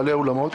בעלי האולמות,